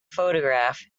photograph